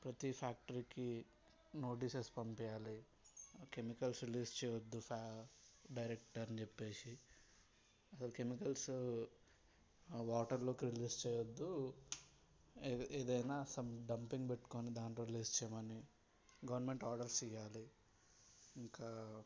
ప్రతీ ఫ్యాక్టరీకి నోటీసెస్ పంపించాలి కెమికల్స్ రిలీజ్ చేయొద్దు ఫ్యా డైరెక్ట్ అని చెప్పేసి అసలు కెమికల్స్ వాటర్లోకి రిలీజ్ చేయొద్దు ఏదై ఏదైనా సమ్ డంపింగ్ పెట్టుకొని దాంట్లో రిలీజ్ చేయమని గవర్నమెంట్ ఆర్డర్స్ ఇవ్వాలి ఇంకా